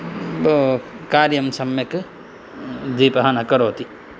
कार्यं सम्यक् दीपः न करोति